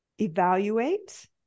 evaluate